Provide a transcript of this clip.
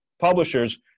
publishers